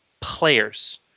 players